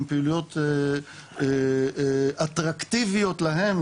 עם פעילויות אטרקטיביות להם,